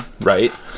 right